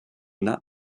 not